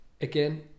again